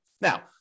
Now